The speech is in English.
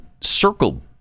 circle